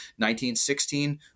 1916